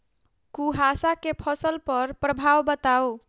कुहासा केँ फसल पर प्रभाव बताउ?